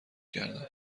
کردم